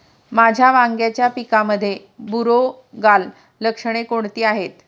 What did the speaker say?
माझ्या वांग्याच्या पिकामध्ये बुरोगाल लक्षणे कोणती आहेत?